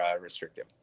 restrictive